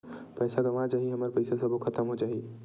Pan गंवा जाही हमर पईसा सबो खतम हो जाही?